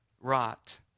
rot